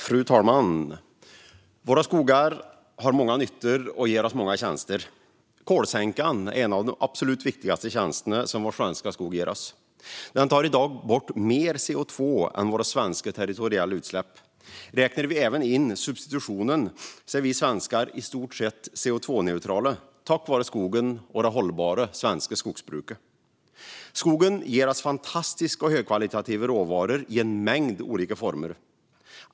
Fru talman! Våra skogar har många nyttor och ger oss många tjänster. Kolsänkan är en av de absolut viktigaste tjänsterna vår svenska skog ger oss. Den tar i dag bort mer CO2 än våra svenska territoriella utsläpp. Räknar vi även in substitutionen är vi svenskar i stort sett CO2-neutrala tack vare skogen och det hållbara svenska skogsbruket. Skogen ger oss fantastiska och högkvalitativa råvaror i en mängd olika former.